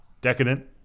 Decadent